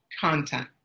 content